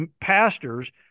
pastors